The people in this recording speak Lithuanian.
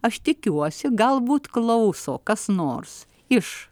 aš tikiuosi galbūt klauso kas nors iš